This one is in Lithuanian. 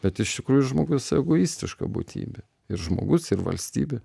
bet iš tikrųjų žmogus egoistiška būtybė ir žmogus ir valstybė